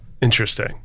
Interesting